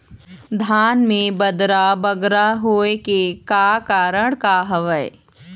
धान म बदरा बगरा होय के का कारण का हवए?